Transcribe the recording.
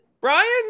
Brian